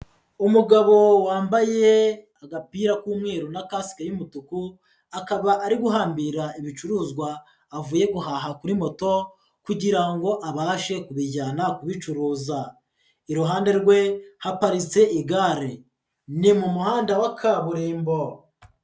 Umugabo wambaye agapira k'umweru na kasike y'umutuku akaba ari guhambira ibicuruzwa avuye guhaha kuri moto kugira ngo abashe kubijyana kubicuruza, iruhande rwe haparitse igare ni mu muhanda wa kaburimbo.